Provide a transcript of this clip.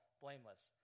blameless